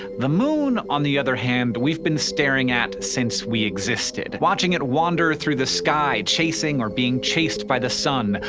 the moon, on the other hand, we've been staring at since we existed. watching it wander through the sky, chasing or being chased by the sun,